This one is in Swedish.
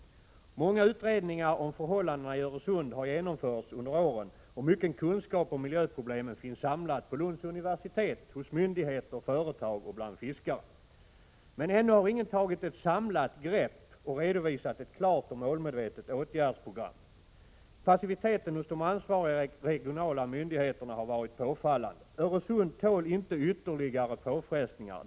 7 Många utredningar om förhållandena i Öresund har genomförts under 12 november 1987 åren, och mycken kunskap om miljöproblemen finns samlad vid Lunds universitet, hos myndigheter och företag och bland fiskare. Men ännu har ingen tagit ett samlat grepp och redovisat ett klart och målmedvetet åtgärdsprogram. Passiviteten hos de ansvariga regionala myndigheterna har varit påfallande. Öresund tål inte ytterligare påfrestningar.